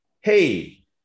hey